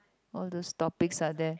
all those topics are there